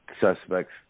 suspects